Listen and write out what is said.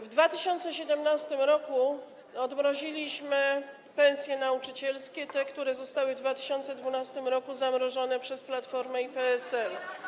W 2017 r. odmroziliśmy pensje nauczycielskie, które zostały w 2012 r. zamrożone przez Platformę i PSL.